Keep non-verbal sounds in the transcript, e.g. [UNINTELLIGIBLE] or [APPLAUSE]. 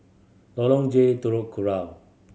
Lorong J [UNINTELLIGIBLE] Kurau